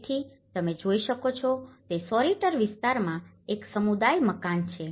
તેથી તમે જે જોઈ શકો છો તે સોરીટર વિસ્તારમાં એક સમુદાય મકાન છે